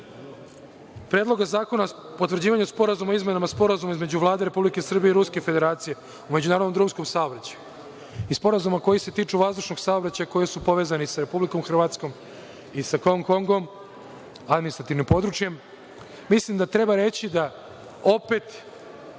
Predloga zakona o potvrđivanju Sporazuma o izmenama Sporazuma između Vlade Republike Srbije i Ruske Federacije o međunarodnom drumskom saobraćaju i sporazuma koji se tiču vazdušnog saobraćaja koji su povezani sa Republikom Hrvatskom i sa Hong Kongom, administrativnim područjem, mislim da treba reći da se